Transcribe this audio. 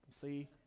see